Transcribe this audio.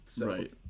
Right